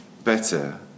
better